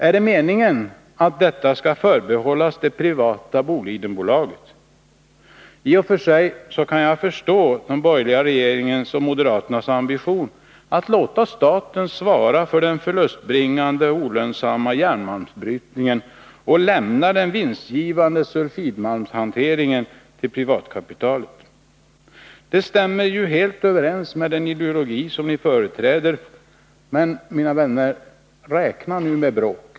Är det meningen att detta skall förbehållas det privata Bolidenbolaget? I och för sig kan jag förstå den borgerliga regeringens och moderaternas ambition att låta staten svara för den förlustbringande, olönsamma järnmalmsbrytningen och lämna den vinstgivande sulfidmalmshanteringen till privatkapitalet. Det stämmer ju helt överens med den ideologi som ni företräder. Men, mina vänner, räkna med bråk!